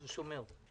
ושומר.